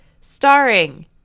starring